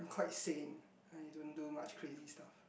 quite sane you don't do much crazy stuff